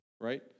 right